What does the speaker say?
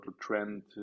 trend